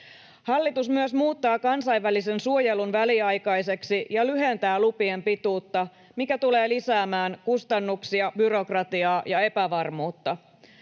Hallitus myös muuttaa kansainvälisen suojelun väliaikaiseksi ja lyhentää lupien pituutta, mikä tulee lisäämään kustannuksia, byrokratiaa ja epävarmuutta.